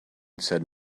said